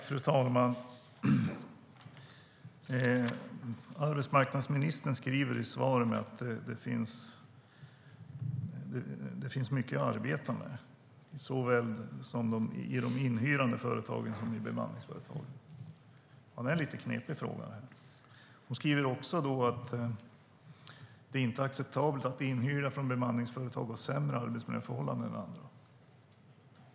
Fru talman! Arbetsmarknadsministern säger i svaret att det finns mycket att arbeta med såväl i de inhyrande företagen som i bemanningsföretagen. Det är en lite knepig fråga. Hon säger också att det inte är acceptabelt att inhyrda från bemanningsföretag har sämre arbetsmiljöförhållanden än andra.